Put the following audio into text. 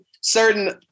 certain